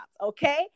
Okay